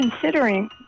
considering